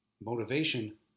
motivation